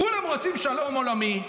כולם רוצים שלום עולמי,